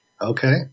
Okay